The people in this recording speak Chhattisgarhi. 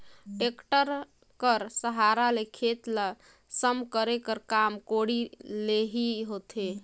टेक्टर कर सहारा ले खेत ल सम करे कर काम कोड़ी ले ही होथे